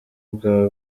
bwawe